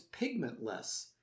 pigmentless